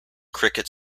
cricket